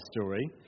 story